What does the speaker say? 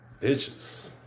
Bitches